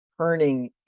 turning